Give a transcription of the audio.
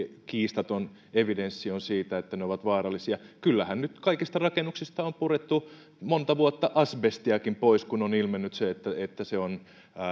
kiistaton evidenssi on siitä että ne ovat vaarallisia kyllähän nyt kaikista rakennuksista on purettu monta vuotta asbestiakin pois kun on ilmennyt että että se on